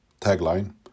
tagline